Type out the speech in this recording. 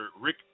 Rick